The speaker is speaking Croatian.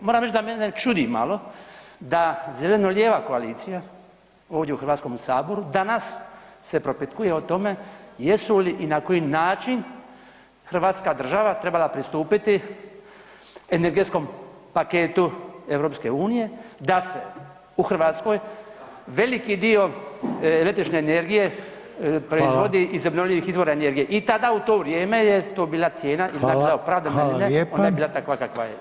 Moram reći da mene čudi malo da zeleno-lijeva koalicija ovdje u HS-u danas se propitkuje o tome jesu li i na koji način hrvatska država trebala pristupiti energetskom paketu EU da se u Hrvatskoj veliki dio električne energije proizvodi [[Upadica: Hvala.]] iz obnovljivih izvora energije i tada u to vrijeme je to bila cijena [[Upadica: Hvala lijepa.]] i bila opravdana ili ne, ona je bila takva kakva je.